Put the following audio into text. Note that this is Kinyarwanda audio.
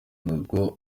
nuko